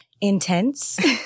intense